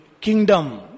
kingdom